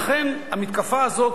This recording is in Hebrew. לכן המתקפה הזאת,